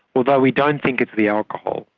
although we don't think it's the alcohol.